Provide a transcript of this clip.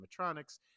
animatronics